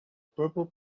purple